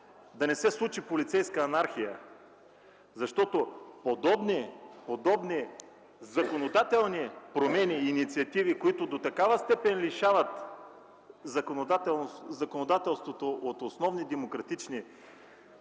да не се случи полицейска анархия. Подобни законодателни промени и инициативи, които до такава степен лишават законодателството от основни демократични права,